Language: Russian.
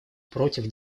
против